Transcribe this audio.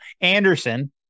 Anderson